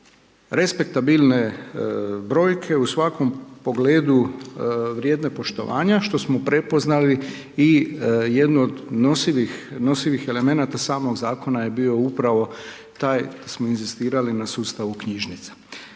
respektabilne brojke u svakom pogledu vrijedne poštovanja što smo prepoznali i jednu nosivih elemenata samog zakona je bio upravo taj smo inzistirali na sustav knjižnica.